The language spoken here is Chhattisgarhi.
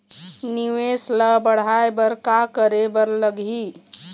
निवेश ला बढ़ाय बर का करे बर लगही?